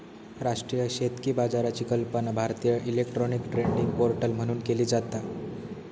राष्ट्रीय शेतकी बाजाराची कल्पना भारतीय इलेक्ट्रॉनिक ट्रेडिंग पोर्टल म्हणून केली जाता